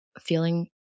feeling